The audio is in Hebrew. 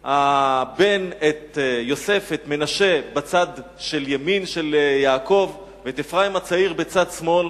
הבן יוסף מעמיד את מנשה בצד ימין של יעקב ואת אפרים הצעיר בצד שמאל,